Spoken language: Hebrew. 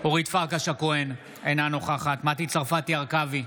אורית פרקש הכהן, אינה נוכחת מטי צרפתי הרכבי,